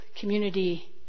community